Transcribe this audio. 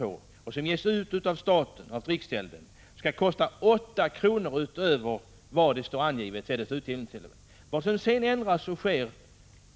på och som ges ut av staten, riksgälden, kostar 8 kr. mer än vad som står angivet? Det positiva som därefter sker